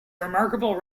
remarkable